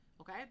Okay